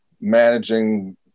managing